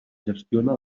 gestiona